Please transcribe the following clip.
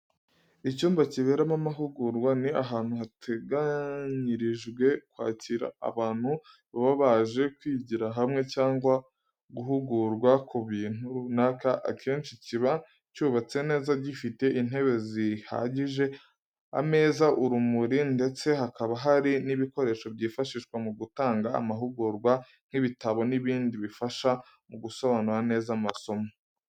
Icyumba kiberamo amahugurwa ni ahantu hateganyirijwe kwakirira abantu baba baje kwigira hamwe cyangwa guhugurwa ku bintu runaka. Akenshi kiba cyubatse neza, gifite intebe zihagije, ameza, urumuri, ndetse hakaba hari n'ibikoresho byifashishwa mu gutanga amahugurwa nk’ikibaho n'ibindi bifasha mu gusobanura neza amasomo.